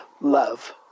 Love